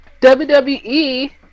WWE